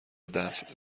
دفع